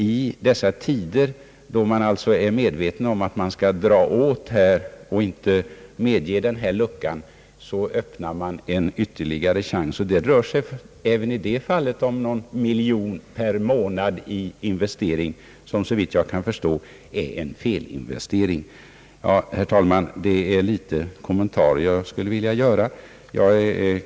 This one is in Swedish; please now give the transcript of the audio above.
I dessa tider, då man är medveten om att man skall dra åt och inte medge denna lucka, så öppnar man en ytterligare chans, och det rör sig i detta fall om någon miljon per månad i investering. Såvitt jag kan förstå rör det sig om en felinvestering. Detta var, herr talman, några kommentarer jag ville göra i denna sak.